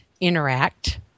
Interact